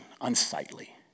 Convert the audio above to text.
unsightly